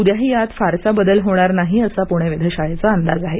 उद्याही यात फारसा बदल होणार नाही असा पुणे वेधशाळेचा अंदाज आहे